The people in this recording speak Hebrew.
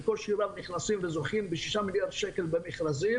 בקושי רב נכנסים וזוכים בשישה מיליארד שקל במכרזים.